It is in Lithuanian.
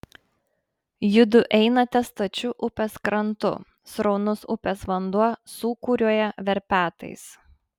judu einate stačiu upės krantu sraunus upės vanduo sūkuriuoja verpetais